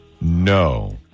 No